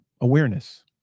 awareness